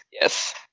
yes